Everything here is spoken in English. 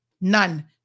None